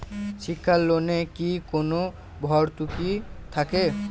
শিক্ষার লোনে কি কোনো ভরতুকি থাকে?